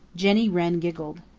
jenny wren giggled.